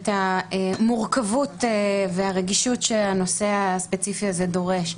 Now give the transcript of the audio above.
המורכבות והרגישות שהנושא הספציפי הזה דורש.